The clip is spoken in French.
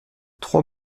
trois